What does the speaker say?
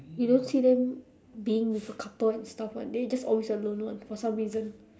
you don't see them being with a couple and stuff [one] they just always alone [one] for some reason